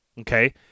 okay